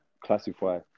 classify